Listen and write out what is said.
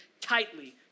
tightly